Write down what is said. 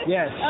Yes